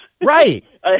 right